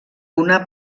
una